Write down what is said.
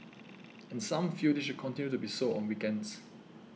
and some feel this should continue to be so on weekends